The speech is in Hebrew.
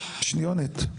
שניונת.